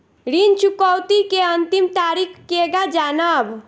ऋण चुकौती के अंतिम तारीख केगा जानब?